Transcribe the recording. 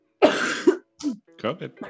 COVID